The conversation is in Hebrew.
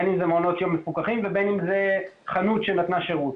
בין אם זה מעונות יום מפוקחים ובין אם זה חנות שנתנה שירות.